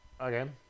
Okay